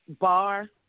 bar